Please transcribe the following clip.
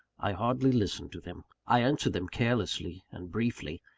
i hardly listened to them i answered them carelessly and briefly.